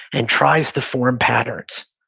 and tries to form patterns.